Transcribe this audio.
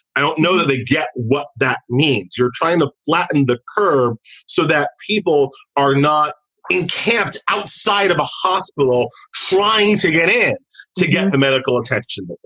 i don't know that they get what that means. you're trying to flatten the curve so that people are not encamped outside of a hospital trying to get in to get the medical attention.